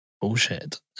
bullshit